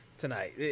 tonight